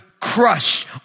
crushed